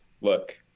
look